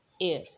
air